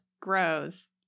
grows